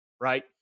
Right